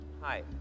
Hi